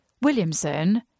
Williamson